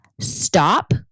stop